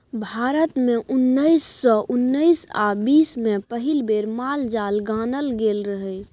भारत मे उन्नैस सय उन्नैस आ बीस मे पहिल बेर माल जाल गानल गेल रहय